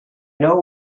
know